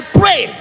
pray